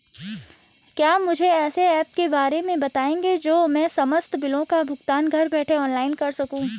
क्या मुझे ऐसे ऐप के बारे में बताएँगे जो मैं समस्त बिलों का भुगतान घर बैठे ऑनलाइन कर सकूँ?